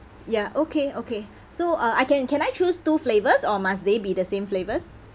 ya okay okay so uh I can can I choose two flavours or must they be the same flavours